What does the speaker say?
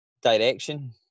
direction